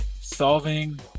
solving